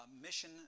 mission